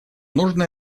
нужно